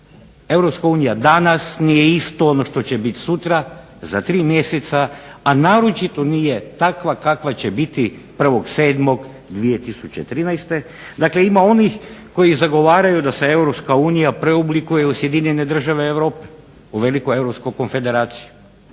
Europska unija danas nije isto ono što će biti sutra za tri mjeseca a naročito nije takva kakva će biti 1. 7. 2013. Dakle, ima onih koji zagovaraju da se Europska unija preoblikuje u Sjedinjene Države Europe, u veliku Europsku konfederaciju,